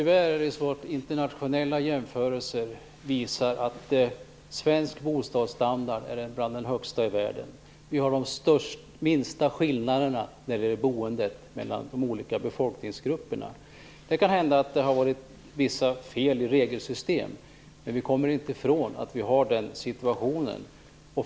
Herr talman! Internationella jämförelser visar att svensk bostadsstandard är bland de högsta i världen. Vi har de minsta skillnaderna i boendet mellan de olika befolkningsgrupperna. Det kan hända att det har varit vissa fel i regelsystem, men vi kommer inte ifrån att vi har den situationen.